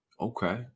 Okay